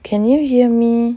can you hear me